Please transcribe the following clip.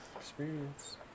experience